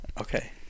Okay